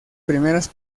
primeras